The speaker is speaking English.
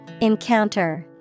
Encounter